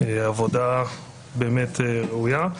עבודה באמת ראויה.